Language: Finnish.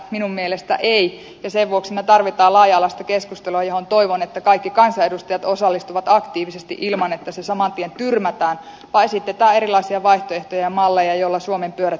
minun mielestäni ei ja sen vuoksi siinä tarvitaan laaja alaista keskustelua johon toivon että kaikki kansanedustajat osallistuvat aktiivisesti ilman että se saman tien tyrmätään vaan esitetään erilaisia vaihtoehtoja ja malleja joilla suomen pyörät pysyvät pyörimässä